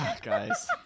guys